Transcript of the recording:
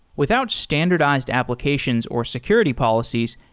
without standardized applications or security policies,